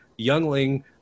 youngling